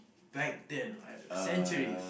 back then I centuries